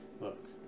look